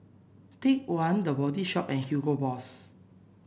Take One The Body Shop and Hugo Boss